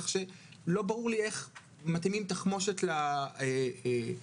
כך שלא ברור לי איך מתאימים תחמושת למטרה.